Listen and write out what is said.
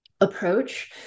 approach